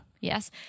Yes